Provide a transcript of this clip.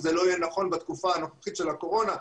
שזה לא נכון לתקופה הנוכחית של הקורונה,